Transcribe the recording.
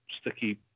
sticky